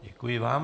Děkuji vám.